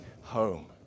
home